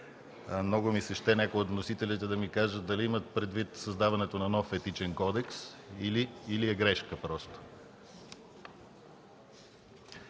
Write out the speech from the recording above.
Много ми се ще някой от вносителите да каже дали имат предвид създаването на нов Етичен кодекс, или просто